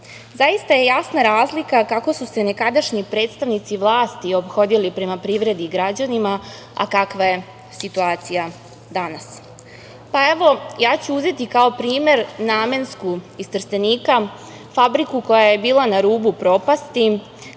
reši. Zaista je jasna razlika kako su se nekadašnji predstavnici vlasti ophodili prema privredi i građanima, a kakva je situacija danas. Ja ću uzeti kao primer Namensku iz Trstenika, fabriku koja je bila na rubu propasti,